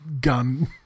gun